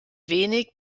wenig